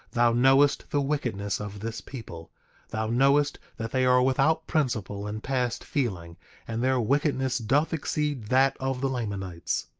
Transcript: thou knowest the wickedness of this people thou knowest that they are without principle, and past feeling and their wickedness doth exceed that of the lamanites.